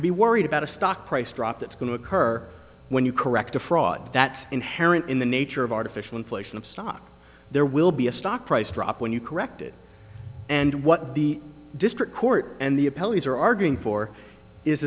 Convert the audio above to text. to be worried about a stock price drop that's going to occur when you correct a fraud that's inherent in the nature of artificial inflation of stock there will be a stock price drop when you correct it and what the district court and the appellate are arguing for is